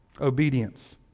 Obedience